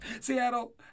Seattle